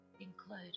include